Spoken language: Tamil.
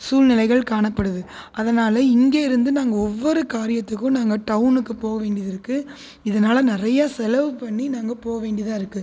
சூழ்நிலைகள் காணப்படுது அதனால் இங்கேருந்து நாங்கள் ஒவ்வொரு காரியத்துக்கும் நாங்கள் டௌனுக்கு போக வேண்டியதுருக்கு இதனால் நிறைய செலவு பண்ணி நாங்கள் போக வேண்டியதாக இருக்குது